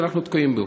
שאנחנו תקועים בו.